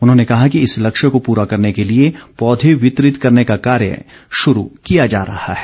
उन्होंने कहा कि इस लक्ष्य को पूरा करने के लिए पौधे वितरित करने का कार्य शुरू किया जा रहा है